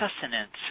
sustenance